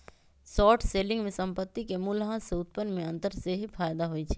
short selling में संपत्ति के मूल्यह्रास से उत्पन्न में अंतर सेहेय फयदा होइ छइ